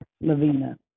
Lavina